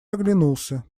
оглянулся